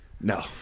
No